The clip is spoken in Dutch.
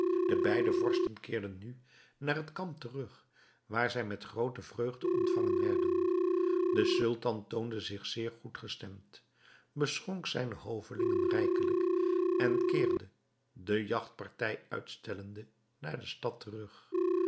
de beide vorsten keerden nu naar het kamp terug waar zij met groote vreugde ontvangen werden de sultan toonde zich zeer goed gestemd beschonk zijne hovelingen rijkelijk en keerde de jagtpartij uitstellende naar de stad terug